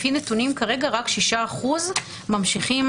לפי הנתונים כרגע רק בשישה אחוזים הצלחנו